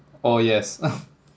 oh yes